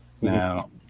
Now